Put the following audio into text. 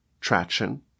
traction